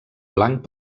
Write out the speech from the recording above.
blanc